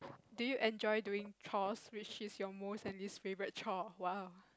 do you enjoy doing chores which is your most and least favourite chore !wow!